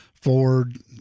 Ford